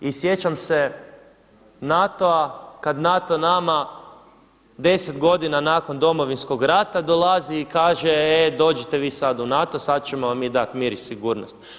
I sjećam se NATO-a kad NATO nama 10 godina nakon Domovinskog rata dolazi i kaže e dođite vi sad u NATO, sad ćemo vam mi dati mir i sigurnost.